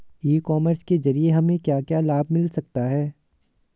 ई commerce के ज़रिए हमें क्या क्या लाभ मिल सकता है?